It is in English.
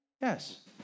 Yes